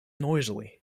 noisily